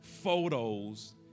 photos